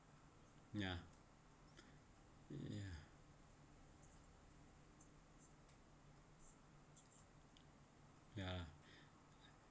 ya ya ya